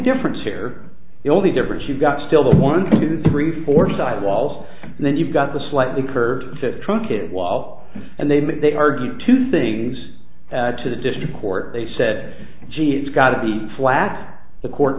difference here the only difference you've got still the one two three four sidewalls and then you've got the slightly curved truncated well up and then they argue two things to the district court they said gee it's got to be flat the court